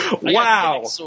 Wow